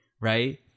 right